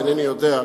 אינני יודע,